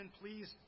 please